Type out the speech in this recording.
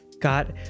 Got